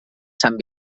sant